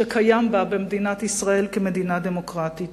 שקיימים בה, במדינת ישראל, כמדינה דמוקרטית.